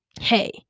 hey